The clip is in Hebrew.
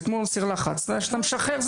זה כמו סיר לחץ שאתה משחרר,